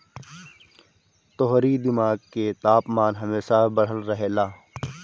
तोहरी दिमाग के तापमान हमेशा बढ़ल रहेला